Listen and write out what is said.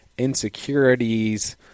insecurities